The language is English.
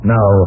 Now